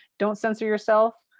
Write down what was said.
don't censor yourself,